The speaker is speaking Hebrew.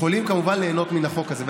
יכול כמובן ליהנות מן החוק הזה,